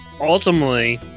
ultimately